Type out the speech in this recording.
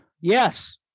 Yes